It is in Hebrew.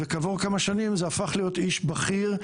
כעבור כמה שנים זה הפך להיות איש בכיר,